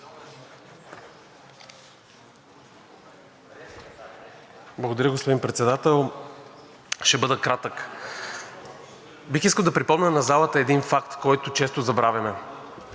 Благодаря, господин Председател. Ще бъда кратък. Бих искал да припомня на залата един факт, който често забравяме.